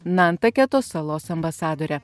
nantaketo salos ambasadore